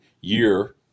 year